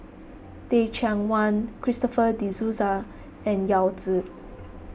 Teh Cheang Wan Christopher De Souza and Yao Zi